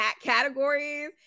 categories